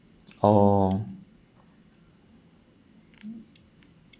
oh